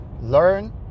Learn